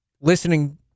listening